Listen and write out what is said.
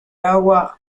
agua